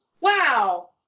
wow